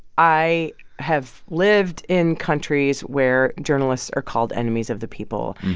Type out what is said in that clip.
i have lived in countries where journalists are called enemies of the people.